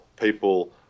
people